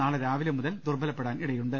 നാളെ രാവിലെ മുതൽ ദുർബലപ്പെടാനിടയുണ്ട്